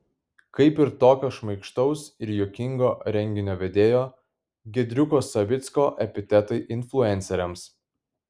kaip ir tokio šmaikštaus ir juokingo renginio vedėjo giedriuko savicko epitetai influenceriams